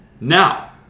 Now